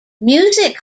music